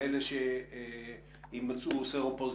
אלה שיימצאו סרו-פוזיטיב.